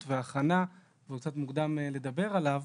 והכנה ועוד קצת מוקדם לדבר עליו.